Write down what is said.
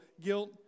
guilt